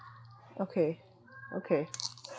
okay okay